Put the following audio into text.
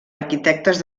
arquitectes